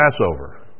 Passover